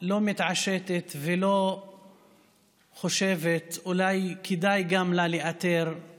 לא מתעשתת ולא חושבת שאולי כדאי לה לאתר גם